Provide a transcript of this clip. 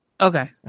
Okay